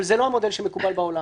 אבל זה לא המודל המקובל בעולם.